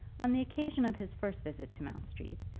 on the occasion of his first visit to mount street,